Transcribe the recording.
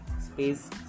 space